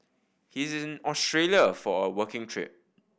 he is in Australia for a working trip